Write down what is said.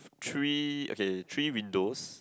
three okay three windows